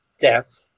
death